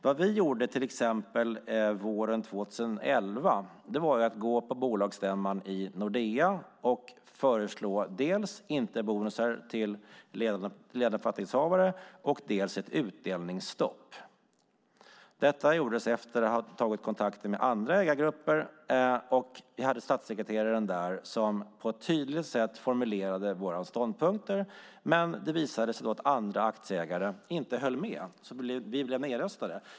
Vad vi gjorde till exempel våren 2011 var att gå på bolagsstämman i Nordea och föreslå att det inte skulle vara bonusar till ledande befattningshavare och att det skulle vara ett utdelningsstopp. Detta gjordes efter att det tagits kontakter med andra ägargrupper. Vi hade statssekreteraren där som på ett tydligt sätt formulerade våra ståndpunkter, men det visade sig att andra aktieägare inte höll med. Vi blev nedröstade.